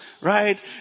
right